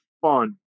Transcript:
fun